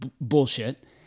bullshit